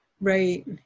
Right